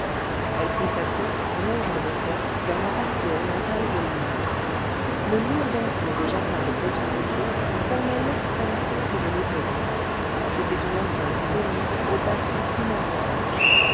elle prit sa course en longeant le quai vers la partie orientale de l'île le mur d'enclos des jardins de bretonvilliers formait l'extrême pointe de l'éperon c'était une enceinte solide et bâtie comme un rempart